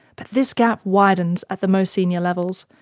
but this gap widens at the most senior levels,